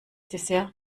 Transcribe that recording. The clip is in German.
dessert